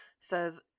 says